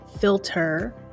filter